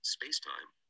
space-time